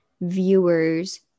viewers